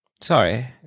sorry